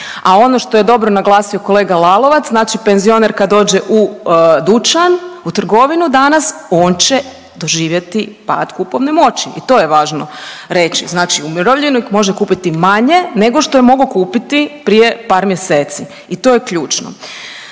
A ono što je dobro naglasio kolega Lalovac znači penzioner kad dođe u dućan, u trgovinu danas on će doživjeti pad kupovne moći i to je važno reći. Znači umirovljenik može kupiti manje nego što je mogao kupiti prije par mjeseci. I to je ključno.